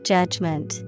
Judgment